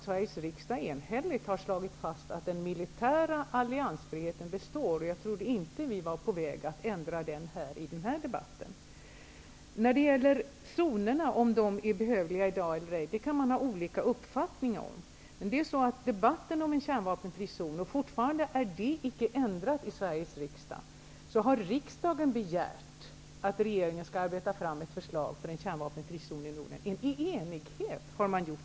Sveriges riksdag enhälligt har slagit fast att den militära alliansfriheten består. Jag trodde inte att vi var på väg att ändra den i denna debatt. Frågan om zonerna är behövliga eller ej kan man ha olika uppfattning om. Men inställningen till en kärnvapenfri zon är fortfarande inte ändrad i Sveriges riksdag, som ju i enighet har begärt att regeringen skall arbeta fram ett förslag om en kärnvapenfri zon i Norden.